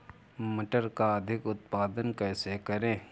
मटर का अधिक उत्पादन कैसे करें?